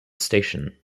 station